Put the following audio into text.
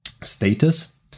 status